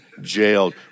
jailed